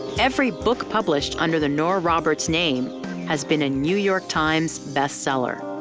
every book published under the nora roberts name has been a new york times bestseller.